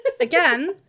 again